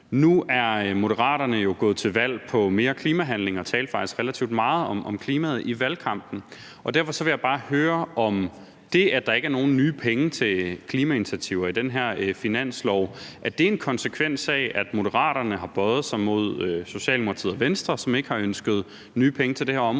Nu er Moderaterne jo gået til valg på mere klimahandling og talte faktisk relativt meget om klimaet i valgkampen. Derfor vil jeg bare høre, om det, at der ikke er nogen nye penge til klimainitiativer i den her finanslov, er en konsekvens af, at Moderaterne har bøjet sig mod Socialdemokratiet og Venstre, som ikke har ønsket nye penge til det her område.